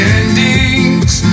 endings